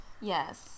Yes